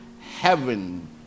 heaven